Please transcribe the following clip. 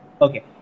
okay